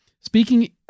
Speaking